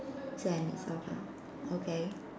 so I need circle okay